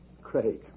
Craig